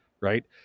Right